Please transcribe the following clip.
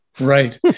Right